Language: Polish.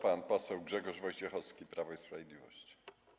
Pan poseł Grzegorz Wojciechowski, Prawo i Sprawiedliwość.